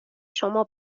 شما